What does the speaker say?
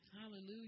hallelujah